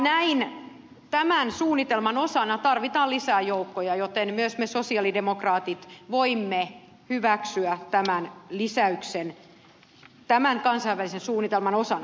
näin tämän suunnitelman osana tarvitaan lisää joukkoja joten myös me sosialidemokraatit voimme hyväksyä tämän lisäyksen tämän kansainvälisen suunnitelman osana